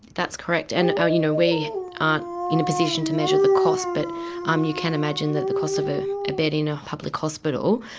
that's correct, and ah you know we aren't in a position to measure the cost, but um you can imagine that the cost of ah a bed in a public hospital,